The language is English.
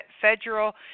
federal